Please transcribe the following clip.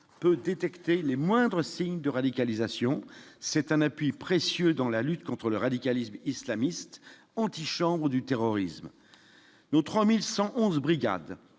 peut détecter les moindres signes de radicalisation c'est un appui précieux dans la lutte contre le radicalisme islamiste antichambre du terrorisme, nos 3611 brigades